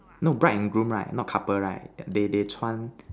no bride and groom right not couple right they they 穿